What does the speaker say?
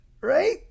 right